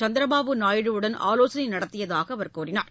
சந்திரபாபு நாயுடுவுடன் ஆலோசனை நடத்தியதாக தெரிவித்தார்